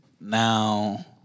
Now